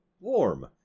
Warm